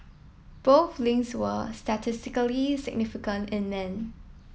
both links were statistically significant in men